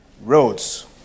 Roads